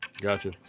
gotcha